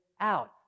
out